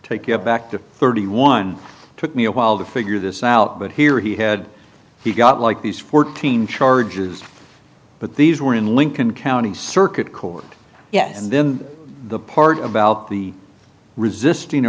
take it back to thirty one took me a while to figure this out but here he had he got like these fourteen charges but these were in lincoln county circuit court yeah and then the part about the resisting